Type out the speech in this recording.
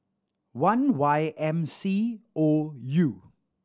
one Y M C O U